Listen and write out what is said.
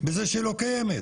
בזה שלא קיימת.